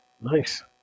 Nice